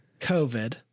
COVID